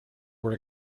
were